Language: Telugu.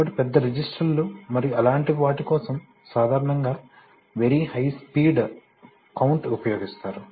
కాబట్టి పెద్ద రిజిస్టర్లు మరియు అలాంటివి వాటి కోసం సాధారణంగా వెరీ హై స్పీడ్ కౌంట్ ఉపయోగిస్తారు